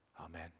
Amen